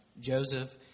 Joseph